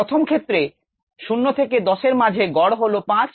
প্রথম ক্ষেত্রে 0 10 এর মাঝে গড় হল 5